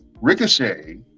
Ricochet